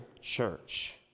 church